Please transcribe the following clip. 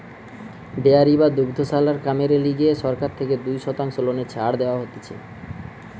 dairy বা দুগ্ধশালার কামেরে লিগে সরকার থেকে দুই শতাংশ লোনে ছাড় দেওয়া হতিছে